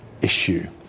issue